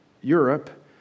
Europe